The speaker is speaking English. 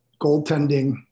goaltending